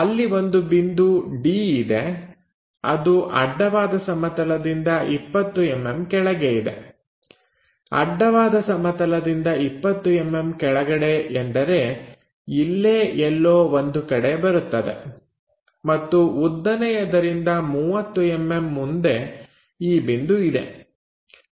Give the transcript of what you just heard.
ಅಲ್ಲಿ ಒಂದು ಬಿಂದು D ಇದೆ ಅದು ಅಡ್ಡವಾದ ಸಮತಲದಿಂದ 20mm ಕೆಳಗೆ ಇದೆ ಅಡ್ಡವಾದ ಸಮತಲದಿಂದ 20mm ಕೆಳಗಡೆ ಎಂದರೆ ಇಲ್ಲೇ ಎಲ್ಲೋ ಒಂದು ಕಡೆ ಬರುತ್ತದೆ ಮತ್ತು ಉದ್ದನೆಯದರಿಂದ 30mm ಮುಂದೆ ಈ ಬಿಂದು ಇದೆ